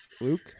Luke